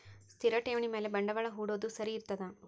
ಸ್ಥಿರ ಠೇವಣಿ ಮ್ಯಾಲೆ ಬಂಡವಾಳಾ ಹೂಡೋದು ಸರಿ ಇರ್ತದಾ?